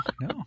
no